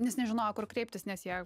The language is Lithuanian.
nes nežinojo kur kreiptis nes jie